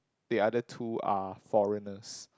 the other two are foreigners